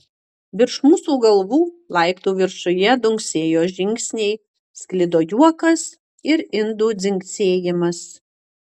virš mūsų galvų laiptų viršuje dunksėjo žingsniai sklido juokas ir indų dzingsėjimas